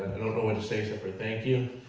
i don't know what to say except for thank you,